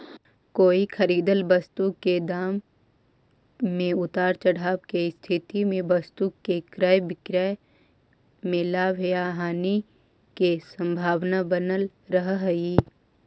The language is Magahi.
कोई खरीदल वस्तु के दाम में उतार चढ़ाव के स्थिति में वस्तु के क्रय विक्रय में लाभ या हानि के संभावना बनल रहऽ हई